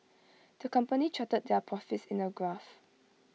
the company charted their profits in A graph